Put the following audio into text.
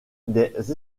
des